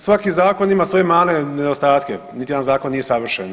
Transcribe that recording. Svaki zakon ima svoje mane, nedostatke, niti jedan zakon nije savršen.